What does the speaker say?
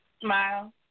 Smile